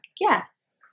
yes